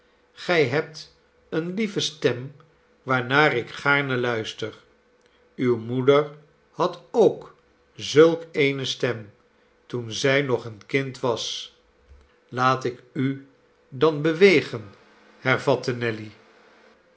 gij hebt eene lieve stem waarnaar ik gaarne luister uwe moeder had ook zulk eene stem toen zij nog een kind was laat ik u dan bewegen hervatte nelly